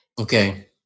Okay